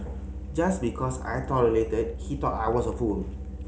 just because I tolerated he thought I was a fool